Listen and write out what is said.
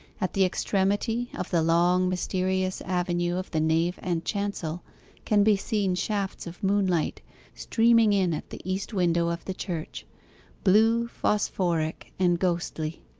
at the extremity of the long mysterious avenue of the nave and chancel can be seen shafts of moonlight streaming in at the east window of the church blue, phosphoric, and ghostly.